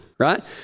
right